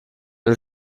del